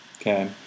okay